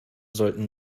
sollten